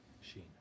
sheen